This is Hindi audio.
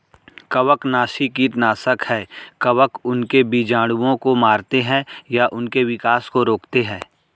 कवकनाशी कीटनाशक है कवक उनके बीजाणुओं को मारते है या उनके विकास को रोकते है